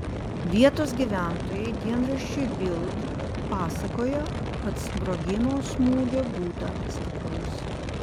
vietos gyventojai dienraščiui bild pasakojo kad sprogimo smūgio būta stipraus